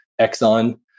Exxon